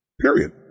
Period